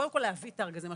קודם כול, להביא את הארגזים.